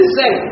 say